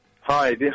Hi